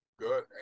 Good